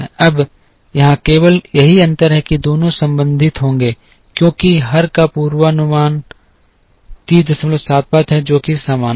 अब यहाँ केवल यही अंतर है कि ये दोनों संबंधित होंगे क्योंकि हर का पूर्वानुमान 3075 है जो कि सामान्य है